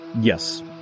Yes